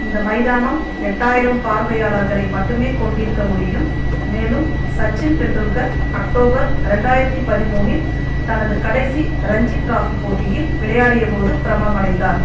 இந்த மைதானம் எட்டாயிரம் பார்வையாளர்களை மட்டுமே கொண்டிருக்க முடியும் மேலும் சச்சின் டெண்டுல்கர் அக்டோபர் ரெண்டாயிரத்தி பதிமூன்று இல் தனது கடைசி ரஞ்சி டிராபி போட்டியில் விளையாடிய போது பிரபலமடைந்தார்